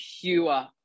pure